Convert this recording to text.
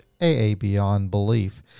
aabeyondbelief